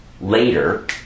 later